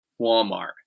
Walmart